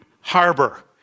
harbor